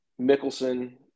Mickelson